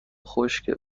خشکه